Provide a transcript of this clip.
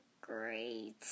Great